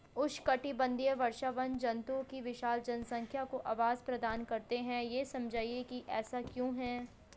उष्णकटिबंधीय वर्षावन जंतुओं की विशाल जनसंख्या को आवास प्रदान करते हैं यह समझाइए कि ऐसा क्यों है?